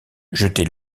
jeter